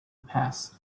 passed